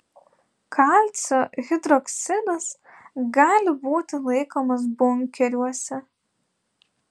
kalcio hidroksidas gali būti laikomas bunkeriuose